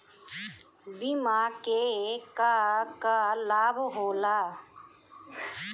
बिमा के का का लाभ होला?